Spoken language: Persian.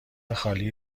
خالی